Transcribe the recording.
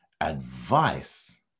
advice